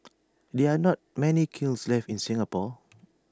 there are not many kilns left in Singapore